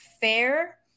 fair